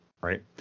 right